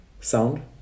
sound